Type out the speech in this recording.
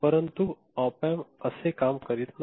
परंतु app app असे काम करीत नाही